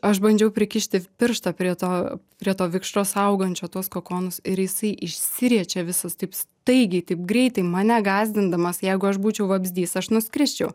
aš bandžiau prikišti pirštą prie to prie to vikšro saugančio tuos kokonus ir jisai išsiriečia visas taip staigiai taip greitai mane gąsdindamas jeigu aš būčiau vabzdys aš nuskrisčiau